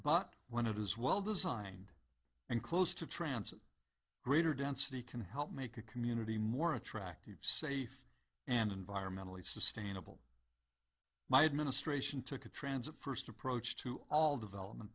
but when it is well designed and close to transit greater density can help make a community more attractive safe and environmentally sustainable my administration took a transit first approach to all development